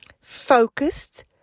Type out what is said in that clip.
focused